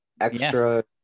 extra